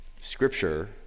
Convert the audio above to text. scripture